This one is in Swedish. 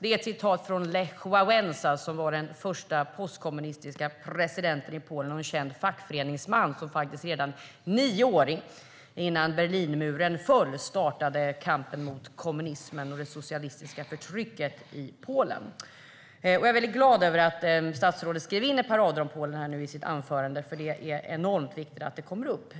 Det är ett citat från Lech Walesa, som var den första postkommunistiska presidenten i Polen och en känd fackföreningsman, som faktiskt nio år innan Berlinmuren föll startade kampen mot kommunismen och det socialistiska förtrycket i Polen.Jag är glad att statsrådet hade några rader om Polen i sitt anförande, för det är enormt viktigt att det kommer upp.